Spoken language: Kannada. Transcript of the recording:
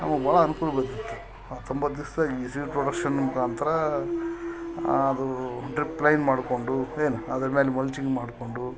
ನಮಗೆ ಭಾಳ ಅನ್ಕೂಲ ಬರ್ತಿತ್ತು ಆ ತೊಂಬತ್ತು ದಿವ್ಸ್ದಾಗೆ ಈ ಸೀಡ್ ಪ್ರೊಡಕ್ಷನ್ ಮುಖಾಂತರ ಅದು ಡ್ರಿಪ್ ಲೈನ್ ಮಾಡಿಕೊಂಡು ಏನು ಅದ್ರ ಮೇಲೆ ಮುಲ್ಚಿಂಗ್ ಮಾಡಿಕೊಂಡು